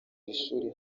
ishuri